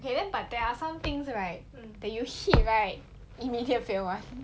okay then but there are some things right that you hit right immediate fail [one]